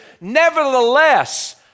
Nevertheless